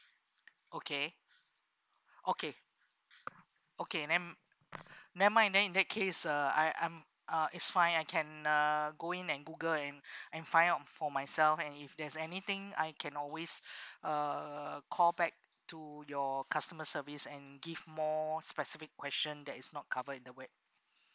okay okay okay then never mind then in that case uh I I'm uh it's fine I can uh going and google and I'm find out for myself and if there's anything I can always uh call back to your customer service and give more specific question that is not covered in the web